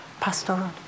Pastor